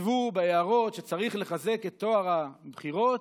כתבו בהערות שצריך לחזק את טוהר הבחירות,